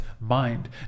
mind